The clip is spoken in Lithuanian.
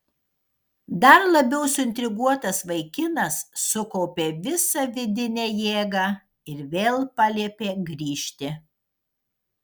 dar labiau suintriguotas vaikinas sukaupė visą vidinę jėgą ir vėl paliepė grįžti